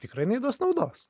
tikrai jinai duos naudos